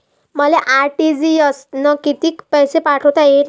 मले आर.टी.जी.एस न कितीक पैसे पाठवता येईन?